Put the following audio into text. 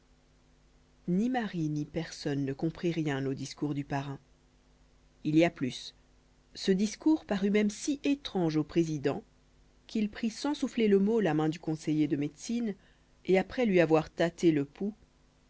ni marie ni personne ne comprit rien au discours du parrain il y a plus ce discours parut même si étrange au président qu'il prit sans souffler le mot la main du conseiller de médecine et après lui avoir tâté le pouls